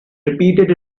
repeated